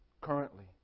Currently